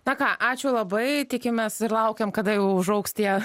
na ką ačiū labai tikimės ir laukiam kada jau užaugs tie